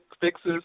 fixes